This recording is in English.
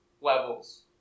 levels